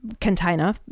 container